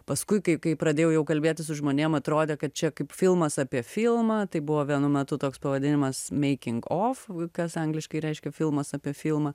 paskui kai kai pradėjau jau kalbėtis su žmonėm atrodė kad čia kaip filmas apie filmą tai buvo vienu metu toks pavadinimas meikink of kas angliškai reiškia filmas apie filmą